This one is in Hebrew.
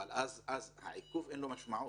לעיכוב אין משמעות.